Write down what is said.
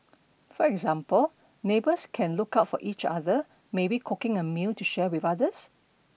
for example neighbors can look out for each other maybe cooking a meal to share with others